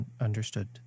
Understood